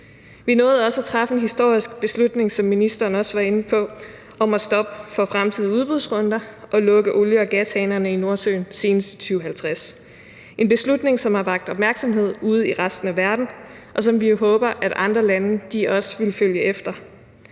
Vi nåede også at træffe en historisk beslutning, som ministeren også var inde på, om at stoppe for fremtidige udbudsrunder og lukke olie- og gashanerne i Nordsøen senest i 2050 – en beslutning, som har vakt opmærksomhed ude i resten af verden, og som vi håber at andre lande også vil følge efter.